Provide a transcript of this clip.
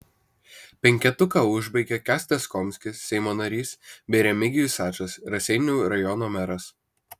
penketuką užbaigia kęstas komskis seimo narys bei remigijus ačas raseinių rajono meras